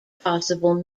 possible